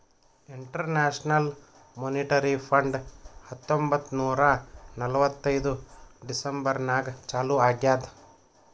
international Monetary Fund ಹತ್ತೊಂಬತ್ತ್ ನೂರಾ ನಲ್ವತ್ತೈದು ಡಿಸೆಂಬರ್ ನಾಗ್ ಚಾಲೂ ಆಗ್ಯಾದ್